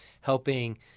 helping